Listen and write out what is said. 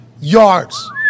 yards